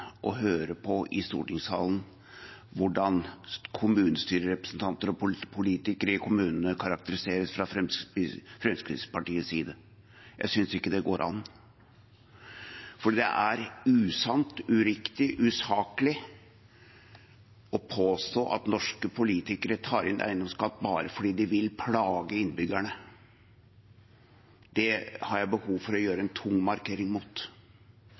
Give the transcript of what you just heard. og høre på hvordan kommunestyrerepresentanter og politikere i kommunene karakteriseres fra Fremskrittspartiets side. Jeg synes ikke det går an. For det er usant, uriktig og usaklig å påstå at norske politikere tar inn eiendomsskatt bare fordi de vil plage innbyggerne. Det har jeg behov for å gjøre en tung markering mot.